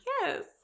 Yes